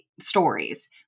stories